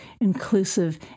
inclusive